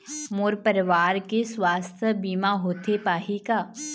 मोर परवार के सुवास्थ बीमा होथे पाही का?